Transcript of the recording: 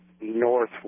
north